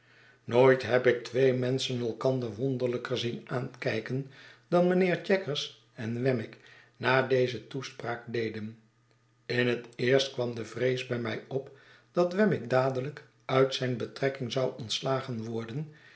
nooit heb ik twee menschen elkander wonderlijker zien aankijken dan mynheer jaggers en wemmick na deze toespraak deden in net eerst kwam de vrees bij mij op dat wemmick dadelyk uit zijne betrekking zou ontslagen worden